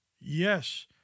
yes